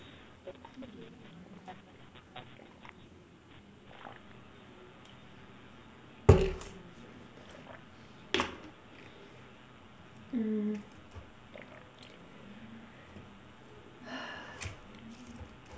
mm